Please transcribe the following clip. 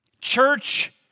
Church